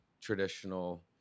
traditional